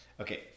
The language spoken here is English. Okay